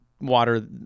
water